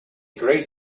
gray